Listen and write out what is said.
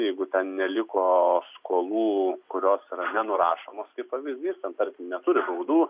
jeigu ten neliko skolų kurios yra nurašomos kaip pavyzdys ten terkim neturi baudų